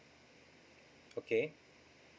okay